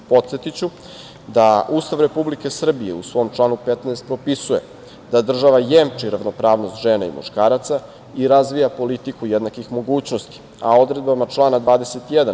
Podsetiću da Ustav Republike Srbije u svom članu 15. propisuje da država jemči ravnopravnost žena i muškaraca i razvija politiku jednakih mogućnosti, a odredbama člana 21.